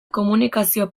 komunikazio